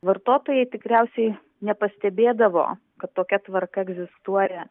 vartotojai tikriausiai nepastebėdavo kad tokia tvarka egzistuoja